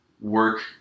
work